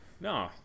No